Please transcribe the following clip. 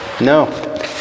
No